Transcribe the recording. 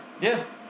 Yes